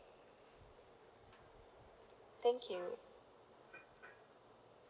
thank you